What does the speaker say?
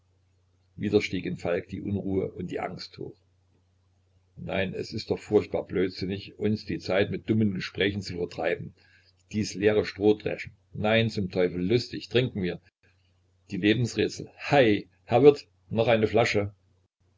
wieder stieg in falk die unruhe und die angst hoch nein es ist doch furchtbar blödsinnig uns die zeit mit dummen gesprächen zu vertreiben dies leere strohdreschen nein zum teufel lustig trinken wir die lebensrätsel hei herr wirt noch eine flasche